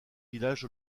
village